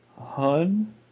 Hun